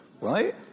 right